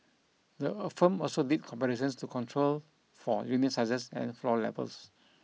the a firm also did comparisons to control for unit sizes and floor levels